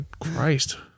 Christ